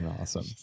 awesome